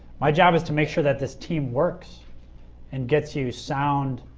my job is to make sure that this team works and gets you sound